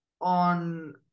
on